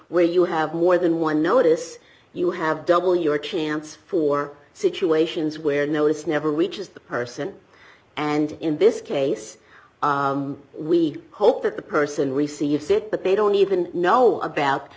where you have more than one notice you have double your chance for situations where no it's never reaches the person and in this case we hope that the person receives it but they don't even know about